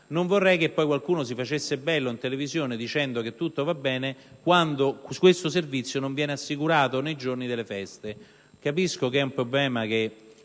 Non vorrei infatti che qualcuno si facesse bello in televisione dicendo che tutto va bene, quando questo servizio non viene assicurato nei giorni di festa. Capisco che questo problema